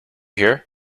hear